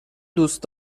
دوست